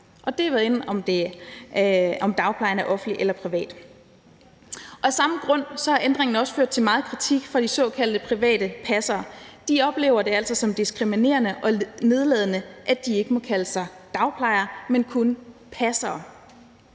er, hvad enten dagplejeren er offentlig eller privat. Af samme grund har ændringen også ført til meget kritik fra de såkaldte private passere. De oplever det altså som diskriminerende og nedladende, at de ikke må kalde sig dagplejere, men kun passere.